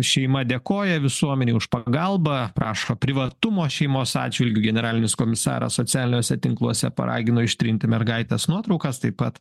šeima dėkoja visuomenei už pagalbą prašo privatumo šeimos atžvilgiu generalinis komisaras socialiniuose tinkluose paragino ištrinti mergaitės nuotraukas taip pat